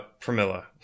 Pramila